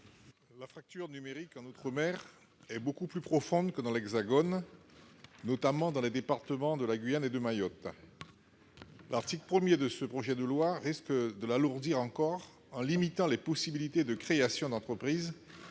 La fracture numérique en outre-mer est beaucoup plus profonde que dans l'Hexagone, notamment dans les départements de la Guyane et de Mayotte. L'article 1 de ce projet de loi risque de l'alourdir encore en limitant les possibilités de création d'entreprise